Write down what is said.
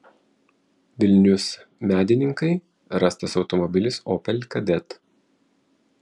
vilnius medininkai rastas automobilis opel kadett